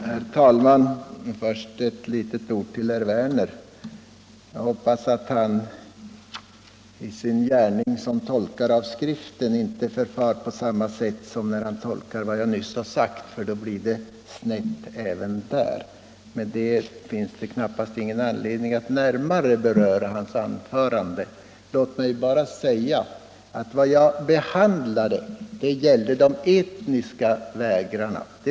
Herr talman! Först några ord till herr Werner i Malmö. Jag hoppas att han i sin gärning som tolkare av Skriften inte förfar på samma sätt som när han tolkar vad jag nyss sade, för då blir det snett även där. Det finns knappast någon anledning att närmare beröra hans anförande. Låt mig bara säga att vad jag behandlade när det gällde de etiska vapenvägrarna.